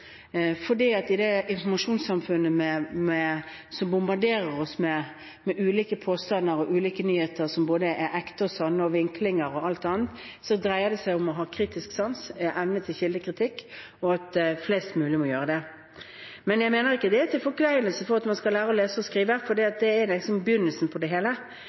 i det informasjonssamfunnet som bombarderer oss med ulike påstander og ulike nyheter, som er både «ekte» og «sanne», og med vinklinger og alt annet, dreier det seg om å ha kritisk sans og evne til kildekritikk, og at flest mulig må ha det. Men jeg mener ikke det er til forkleinelse for at man må lære å lese og skrive, for det er begynnelsen på det hele.